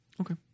Okay